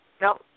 No